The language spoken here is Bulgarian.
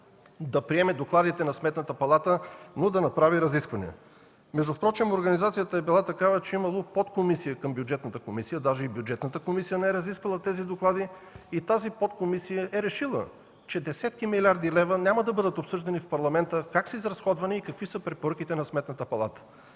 да приеме докладите на Сметната палата, но да направи разисквания. Впрочем организацията е била такава, че е имало подкомисия към Бюджетната комисия, даже и Бюджетната комисия не е разисквала тези доклади, и тази подкомисия е решила, че десетки милиарди лева няма да бъдат обсъждани в Парламента – как са изразходвани и какви са препоръките на Сметната палата.